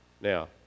Now